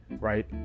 right